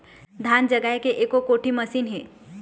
धान जगाए के एको कोठी मशीन हे?